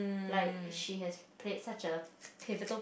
like she has played such a pivotal